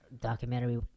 documentary